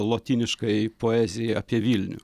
lotyniškajai poezijai apie vilnių